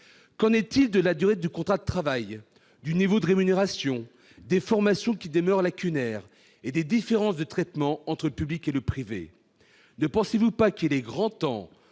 Qu'en est-il de la durée du contrat de travail, du niveau de rémunération, des formations- qui demeurent lacunaires -et des différences de traitement entre le public et le privé ? Ne pensez-vous pas qu'il est grand temps